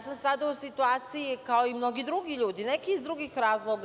Sada sam u situaciji kao i mnogi drugi ljudi, neki iz drugih razloga.